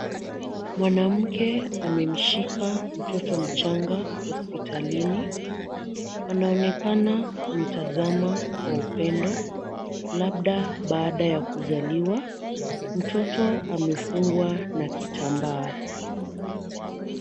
Mwanamke amemshika mtoto mchanga hospitalini. Anaonekana kumtazama kwa upendo labda baada ya kuzaliwa. Mtoto amefungwa na kitambaa.